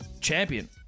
Champion